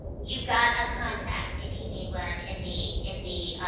you've got a contact if you need one in the in the